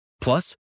Plus